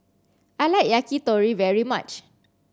I like Yakitori very much